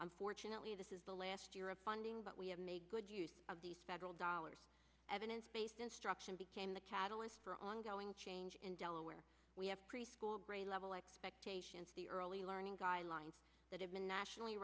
unfortunately this is the last year of funding but we have made good use of these federal dollars evidence based instruction became the catalyst for ongoing change in delaware we have preschool grade level expectations the early learning guidelines that have been nationally